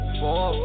four